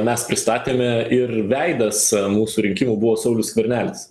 mes pristatėme ir veidas mūsų rinkimų buvo saulius skvernelis